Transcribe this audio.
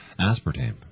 aspartame